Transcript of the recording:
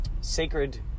Sacred